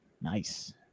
Nice